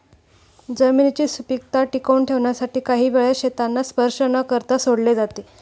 जमिनीची सुपीकता टिकवून ठेवण्यासाठी काही वेळा शेतांना स्पर्श न करता सोडले जाते